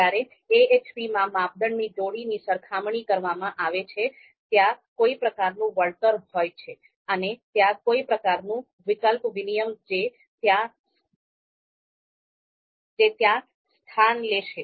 જ્યારે AHP માં માપદંડની જોડીની સરખામણી કરવામાં આવે છે ત્યાં કોઈ પ્રકારનું વળતર હોય છે અને ત્યાં કોઈ પ્રકાર નું વિકલ્પ વિનિમય જે ત્યાં સ્થાન લેશે